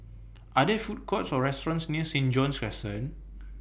Are There Food Courts Or restaurants near Saint John's Crescent